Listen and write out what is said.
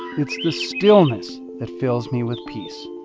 it's the stillness that fills me with peace.